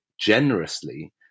generously